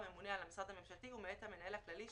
תוגש בטופס מקוון שקבע המנהל ותכלול את הפרטים הדרושים